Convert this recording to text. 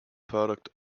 product